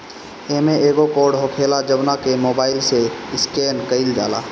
इमें एगो कोड होखेला जवना के मोबाईल से स्केन कईल जाला